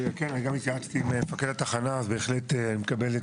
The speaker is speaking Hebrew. התייעצתי עם מפקד התחנה, אני מקבל,